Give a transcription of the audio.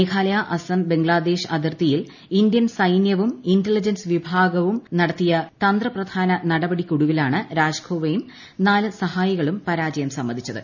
മേഘാലയ അസ്സം ബംഗ്ലാദേശ് അതിർത്തിയിൽ ഇന്ത്യൻ സൈനൃവും ഇന്റലിജൻസ് വിഭാഗവും നടത്തിയ തന്ത്രപ്രധാന നടപടിയ്ക്കൊടുവിലാണ് രാജ്ക്കൊവയും നാല് സഹായികളും പരാജയം സമ്മതിച്ചത്